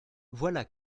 voilà